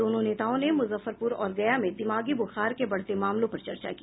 दोनों नेताओं ने मुजफ्फरपूर और गया में दिमागी बुखार के बढ़ते मामलों पर चर्चा की